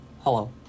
hello